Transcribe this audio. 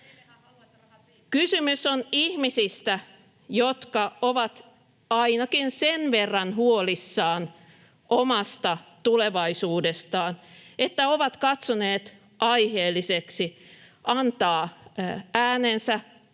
Kysymys on ihmisistä, jotka ovat ainakin sen verran huolissaan omasta tulevaisuudestaan, että ovat katsoneet aiheelliseksi antaa äänensä,